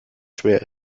schwer